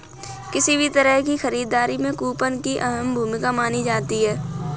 किसी भी तरह की खरीददारी में कूपन की अहम भूमिका मानी जाती है